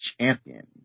champion